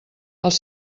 els